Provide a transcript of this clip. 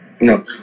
No